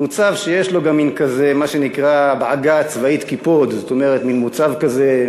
מוצב שיש לו גם מה שנקרא בעגה הצבאית "קיפוד" זאת אומרת מין מוצב כזה,